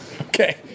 okay